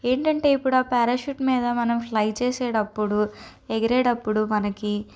ఏంటంటే ఇప్పుడు ఆ పారాషూట్ మీద మనం ఫ్లై చేసేటప్పుడు ఎగిరేటప్పుడు మనకి